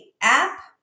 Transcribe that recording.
app